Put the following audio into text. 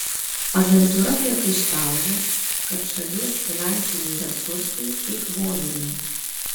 agentūra priekaištauja kad šalies finansiniai resursai eikvojami